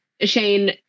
Shane